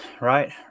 right